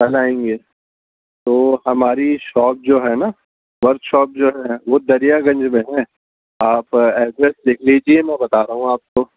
کل آئیں گے تو ہماری شاپ جو ہے نا ورک شاپ جو ہے وہ دریا گنج میں ہے آپ ایڈریس لکھ لیجیے میں بتا رہا ہوں آپ کو